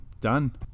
done